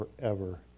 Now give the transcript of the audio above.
forever